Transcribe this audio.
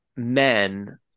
men